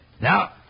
Now